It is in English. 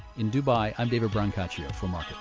in dubai, i'm david brancaccio for um um